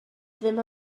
ddim